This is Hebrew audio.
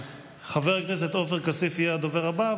חבר הכנסת עופר כסיף יהיה הדובר הבא,